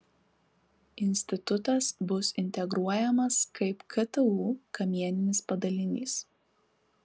institutas bus integruojamas kaip ktu kamieninis padalinys